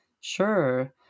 Sure